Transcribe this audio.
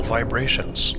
Vibrations